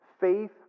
faith